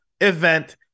event